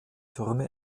türme